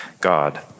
God